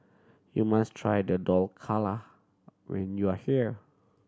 you must try the Dhokla when you are here